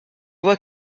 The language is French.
vois